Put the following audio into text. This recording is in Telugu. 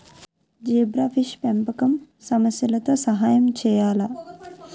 జీబ్రాఫిష్ పెంపకం సమస్యలతో సహాయం చేయాలా?